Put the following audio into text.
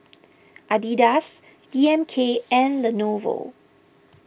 Adidas D M K and Lenovo